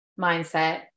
mindset